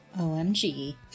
OMG